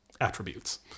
attributes